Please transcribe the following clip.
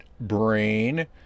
brain